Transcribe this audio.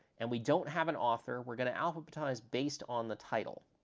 and we don't have an author, we're going to alphabetize based on the title.